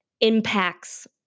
impacts